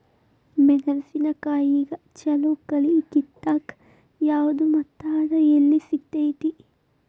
ಮೆಣಸಿನಕಾಯಿಗ ಛಲೋ ಕಳಿ ಕಿತ್ತಾಕ್ ಯಾವ್ದು ಮತ್ತ ಅದ ಎಲ್ಲಿ ಸಿಗ್ತೆತಿ?